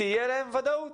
תהיה להם וודאות?